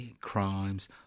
crimes